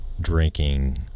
drinking